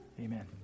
amen